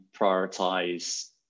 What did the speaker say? prioritize